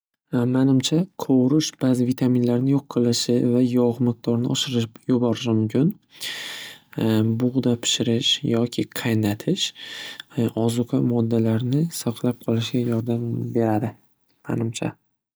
Manimcha qo'vurish ba'zi vitaminlarni yo'q qilishi va yog' miqdorini oshirib yuborishi mumkin. Bug'da pishirish yoki qaynatish ozuqa moddalarini saqlab qolishiga yordam beradi manimcha.